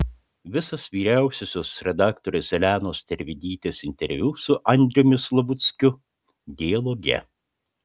visas vyriausiosios redaktorės elenos tervidytės interviu su andriumi slavuckiu dialoge